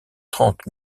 trente